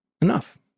Enough